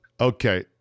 Okay